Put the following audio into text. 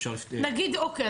אוקיי.